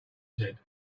said